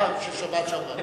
של שבת שעברה.